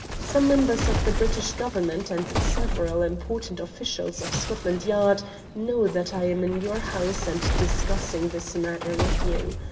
some members of the british government, and several important officials of scotland yard know that i am in your house and discussing this matter with you.